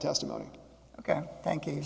testimony ok thank you